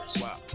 Wow